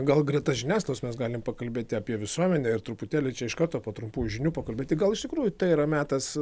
gal greta žiniasklaidos mes galim pakalbėti apie visuomenę ir truputėlį čia iš karto po trumpų žinių pakalbėti gal iš tikrųjų tai yra metas